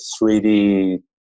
3D